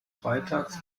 freitags